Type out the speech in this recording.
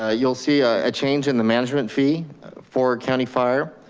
ah you'll see a change in the management fee for county fire.